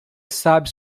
sabe